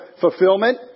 fulfillment